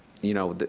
you know,